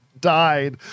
died